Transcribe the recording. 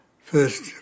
first